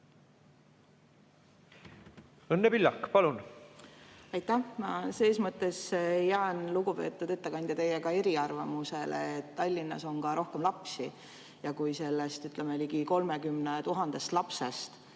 Õnne Pillak, palun! Aitäh! Selles mõttes jään, lugupeetud ettekandja, eriarvamusele, et Tallinnas on ka rohkem lapsi ja kui sellest ligi 30 000 lapsest